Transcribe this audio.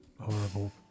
horrible